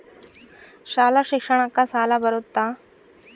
ಶಾಲಾ ಶಿಕ್ಷಣಕ್ಕ ಸಾಲ ಬರುತ್ತಾ?